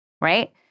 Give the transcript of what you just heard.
Right